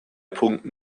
punkten